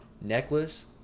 necklace